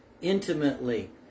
intimately